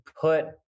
put